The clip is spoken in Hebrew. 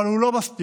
אבל הוא לא מספיק.